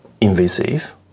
invasive